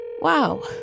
Wow